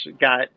got